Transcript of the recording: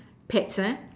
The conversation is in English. pets